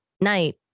night